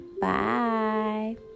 Bye